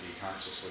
consciously